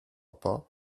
pas